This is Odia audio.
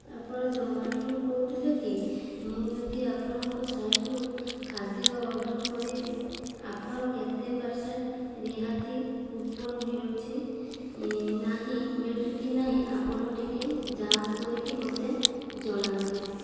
ଆପଣ ଜୋମାଟୋରୁ କହୁଥିଲେ କି ମୁଁ ଯଦି ଆପଣଙ୍କ ସାଇଟ୍ରୁ ଖାଦ୍ୟ ଅର୍ଡ଼ର୍ କରିବି ଆପଣ କେତେ ପର୍ସେଣ୍ଟ୍ ରିହାତି କୁପନ୍ ମିଳୁଛି ନାହିଁ ମିଳୁଛି କି ନାହିଁ ଆପଣ ଟିକିଏ ଯାଞ୍ଚ କରିକି ମୋତେ ଜଣାନ୍ତୁ